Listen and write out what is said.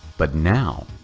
but now,